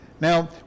now